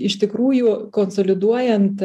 iš tikrųjų konsoliduojant